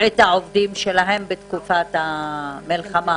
את העובדים שלהם בתקופת המלחמה.